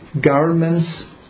garments